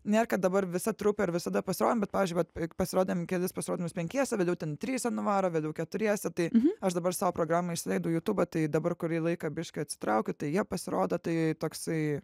nėr kad dabar visa trupė ir visada pasirodom bet pavyzdžiui vat pasirodėm kelis pasirodymus penkiese vėliau ten trise nuvarom vėliau keturiese tai aš dabar savo programą išsileidau į jutubą tai dabar kurį laiką biškį atsitraukiu tai jie pasirodo tai toksai